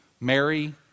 Mary